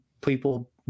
people